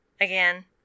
again